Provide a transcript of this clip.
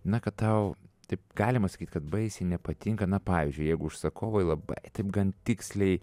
na kad tau taip galima sakyt kad baisiai nepatinka na pavyzdžiui jeigu užsakovai labai taip gan tiksliai